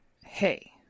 Hey